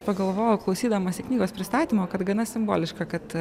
pagalvojau klausydamasi knygos pristatymo kad gana simboliška kad